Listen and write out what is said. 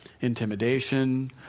intimidation